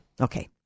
okay